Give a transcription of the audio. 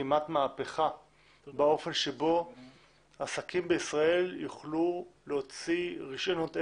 כמעט מהפכה באופן שבו עסקים בישראל יוכלו להוציא רישיונות עסק.